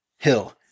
Hill